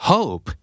Hope